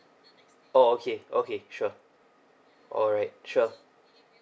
oh okay okay sure alright sure